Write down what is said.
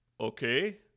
Okay